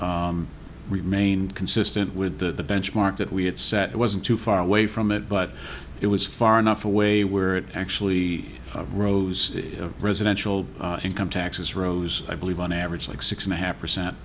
remain consistent with the benchmark that we had set it wasn't too far away from it but it was far enough away where it actually rose residential income taxes rose i believe on average like six and a half